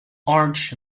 arch